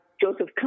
Joseph